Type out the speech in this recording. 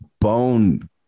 bone